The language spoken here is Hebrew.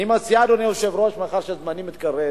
אני מציע, אדוני היושב-ראש, מאחר שזמני מתקצר,